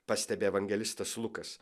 pastebi evangelistas lukas